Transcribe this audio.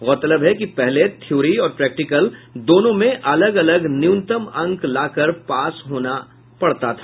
गौरतलब है कि पहले थ्योरी और प्रैक्टिकल दोनों में अलग अलग न्यूनतम अंक लाकर पास होना होता था